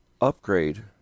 upgrade